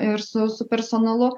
ir su su personalu